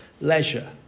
leisure